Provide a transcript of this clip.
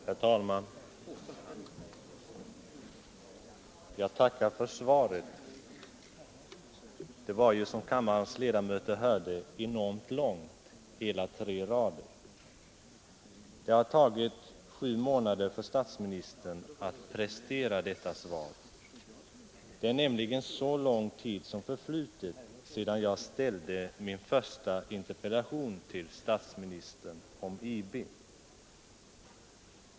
Herr talman! Jag tackar för svaret. Det var, som kammarens ledamöter hörde, enormt långt — hela tre rader. Det har tagit sju månader för statsministern att prestera detta svar. Det är nämligen så lång tid som förflutit sedan jag ställde min första interpellation till statsministern om IB.